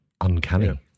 Uncanny